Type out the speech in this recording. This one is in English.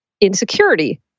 insecurity